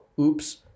oops